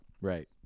right